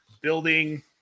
building